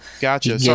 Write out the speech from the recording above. gotcha